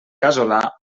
casolà